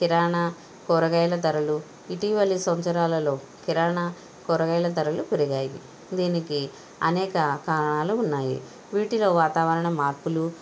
కిరాణా కూరగాయల ధరలు ఇటీవలి సంవత్సరాలలో కిరాణా కూరగాయల ధరలు పెరిగాయి దీనికి అనేక కారణాలు ఉన్నాయి వీటిలో వాతావరణ మార్పులు